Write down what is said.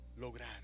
lograr